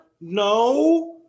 no